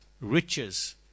riches